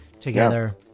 together